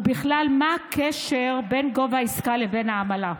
ובכלל, מה הקשר בין גובה העסקה לבין העמלה?